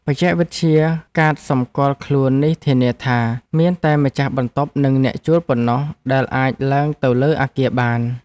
បច្ចេកវិទ្យាកាតសម្គាល់ខ្លួននេះធានាថា មានតែម្ចាស់បន្ទប់និងអ្នកជួលប៉ុណ្ណោះដែលអាចឡើងទៅលើអគារបាន។